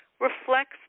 reflects